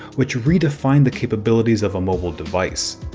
which redefined the capabilities of a mobile device.